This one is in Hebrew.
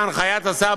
בהנחיית השר,